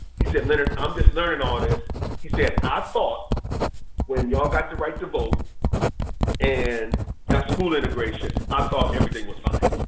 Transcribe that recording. he said, leonard, i'm just learning all this he said, i thought when y'all got the right to vote and got school integration, i thought everything was fine